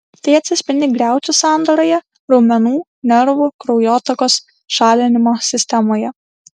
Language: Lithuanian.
tai atsispindi griaučių sandaroje raumenų nervų kraujotakos šalinimo sistemoje